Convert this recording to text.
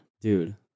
Dude